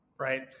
Right